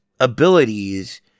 abilities